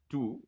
Two